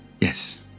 Yes